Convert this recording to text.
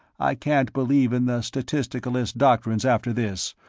i can't believe in the statisticalist doctrines after this,